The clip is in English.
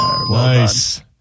Nice